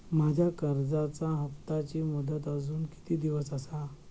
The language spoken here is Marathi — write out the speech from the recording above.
माझ्या कर्जाचा हप्ताची मुदत अजून किती दिवस असा?